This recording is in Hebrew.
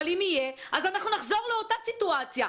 אבל אם יהיה אז אנחנו נחזור לאותה סיטואציה.